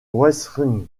wrestling